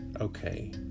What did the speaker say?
Okay